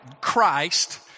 Christ